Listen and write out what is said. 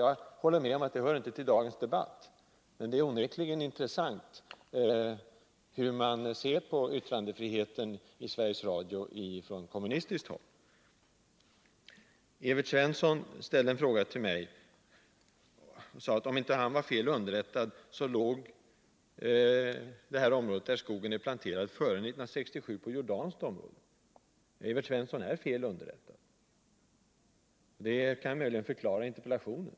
Jag håller med om att det inte hör till dagens debatt, men det är onekligen intressant hur man ser på yttrandefriheten i Sveriges Radio på kommunistiskt håll. Evert Svensson ställde en fråga till mig. Han sade att om han inte är fel underrättad så låg det område, där skogen är planterad, före 1967 på jordanskt område. Evert Svensson är fel underrättad. Det kan möjligen förklara interpellationen.